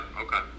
okay